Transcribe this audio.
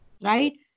Right